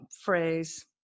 phrase